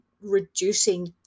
reducing